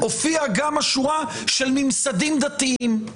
הופיעה גם השורה של "ממסדים דתיים".